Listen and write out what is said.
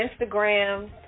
Instagram